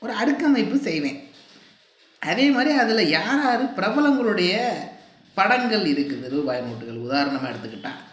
ஒரு அடுக்கு அமைப்பு செய்வேன் அதேமாதிரி அதில் யார்யார் பிரபலங்களுடைய படங்கள் இருக்குது ரூபாய் நோட்டுகள் உதாரணமாக எடுத்துக்கிட்டால்